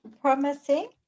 promising